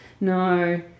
No